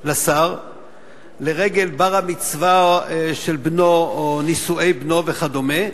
לשר לרגל הבר-מצווה של בנו או נישואי בנו וכדומה,